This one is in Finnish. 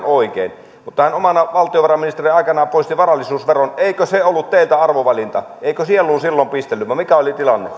oikein mutta hän omana valtiovarainministeriaikanaan poisti varallisuusveron eikö se ollut teiltä arvovalinta eikö sieluun silloin pistellyt vai mikä oli tilanne